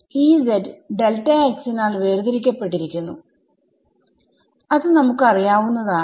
Ez നാൽ വേർതിരിക്കപ്പെട്ടിരിക്കുന്നു അത് നമുക്ക് അറിയാവുന്നതാണ്